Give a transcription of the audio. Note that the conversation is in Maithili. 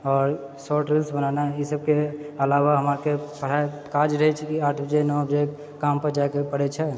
आओर शॉर्ट रील्स बनानाइ ई सबके अलावा हमरा आरके पढ़ाइ काज रहै छै जे आठ बजे नओ बजे कामपर जाइके पड़ै छै